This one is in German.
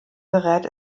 gerät